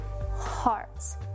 hearts